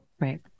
right